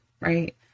right